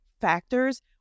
factors